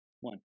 One